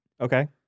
Okay